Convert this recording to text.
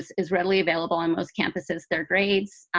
is readily available on most campuses, their grades.